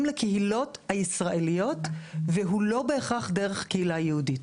לקהילות הישראליות והוא לא בהכרח דרך קהילה יהודית.